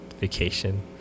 vacation